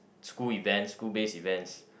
school events school based events